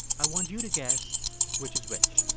i want you to guess which is which